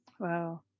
Wow